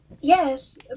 Yes